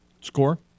Score